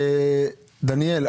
תודה.